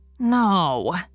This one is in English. No